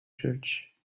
church